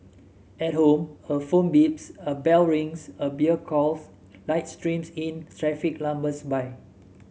at home a phone beeps a bell rings a beer calls light streams in traffic lumbers by